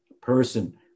person